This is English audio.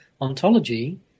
ontology